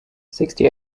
sixty